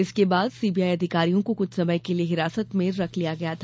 इसके बाद सीबीआई अधिकारियों को कुछ समय के लिए हिरासत में रख लिया गया था